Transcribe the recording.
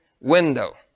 window